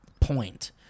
point